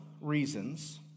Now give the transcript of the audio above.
reasons